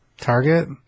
Target